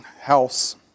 house